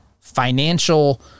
financial